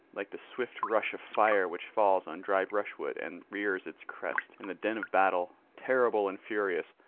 like the swift rush of fire which falls on dry brushwood and rears its crest and the din of battle, terrible and furious,